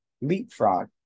leapfrog